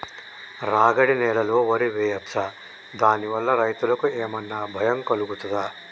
రాగడి నేలలో వరి వేయచ్చా దాని వల్ల రైతులకు ఏమన్నా భయం కలుగుతదా?